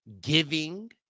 giving